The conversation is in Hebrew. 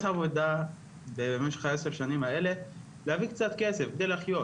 עבודה במשך עשר השנים האלה להביא קצת כסף כדי לחיות,